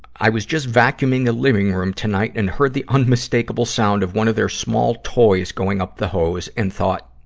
i was just vacuuming the living room tonight and heard the unmistakable sound of one of their small toys going up the hose and thought,